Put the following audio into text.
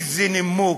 איזה נימוק.